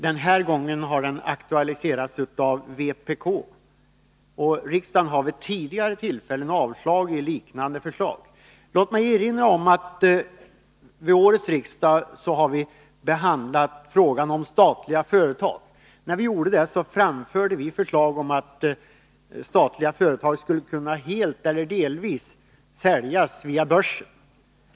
Den här gången har den aktualiserats av vpk. Riksdagen har vid tidigare tillfällen avslagit liknande förslag. Låt mig erinra om att vid årets riksdagsbehandling av statliga företag framförde vi förslag om att statliga företag skulle helt eller delvis säljas via börsen.